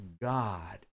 God